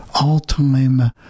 all-time